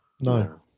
No